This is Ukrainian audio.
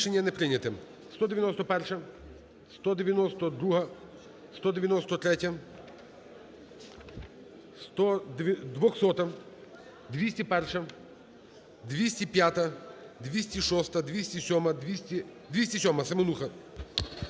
Рішення не прийняте.